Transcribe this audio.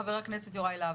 חבר הכנסת יוראי להב.